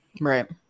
Right